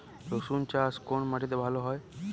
রুসুন চাষ কোন মাটিতে ভালো হয়?